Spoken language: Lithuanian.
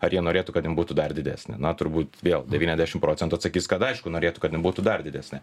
ar jie norėtų kad jum būtų dar didesnė na turbūt vėl devyniasdešimt procentų atsakys kad aišku norėtų kad nebūtų dar didesnė